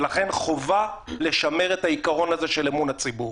ולכן חובה לשמר את העיקרון הזה של אמון הציבור.